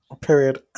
Period